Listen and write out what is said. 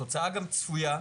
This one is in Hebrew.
התוצאה צפויה,